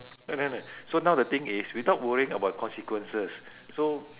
no no so now the thing is without worrying about consequences so